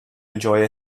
enjoy